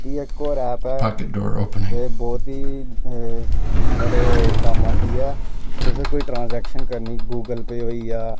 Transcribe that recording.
जियां इक होर ऐप ऐ बहोत ही साढ़े कम्म आंदी ऐ कि तुसें कोई ट्रांसएक्शन करनी गूगल पे होइया